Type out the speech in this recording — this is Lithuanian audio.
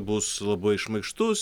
bus labai šmaikštus